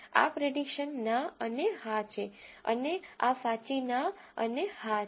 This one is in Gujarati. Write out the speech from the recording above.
આ પ્રીડીકશન ના અને હા છે અને આ સાચી ના અને હા છે